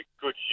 good